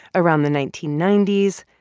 around the nineteen ninety s,